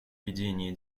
ведения